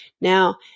Now